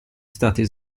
stati